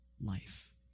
life